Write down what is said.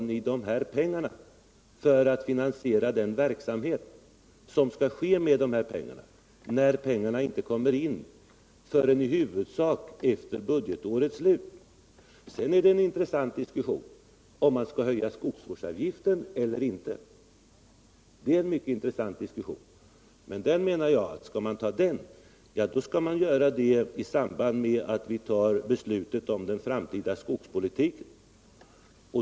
Varifrån tar ni pengar för att finansiera den verksamhet som skall bedrivas — med de pengarna! — när pengarna inte kommer in förrän i huvudsak efter budgetårets slut? Sedan är det en intressant fråga, om man skall höja skogsvårdsavgiften eller inte, men jag menar att den diskussionen bör tas upp i samband med att vi fattar beslutet om den framtida skogspolitiken.